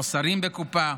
חוסרים בקופה,